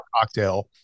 cocktail